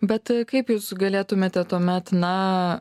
bet kaip jūs galėtumėte tuomet na